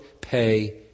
pay